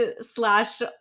slash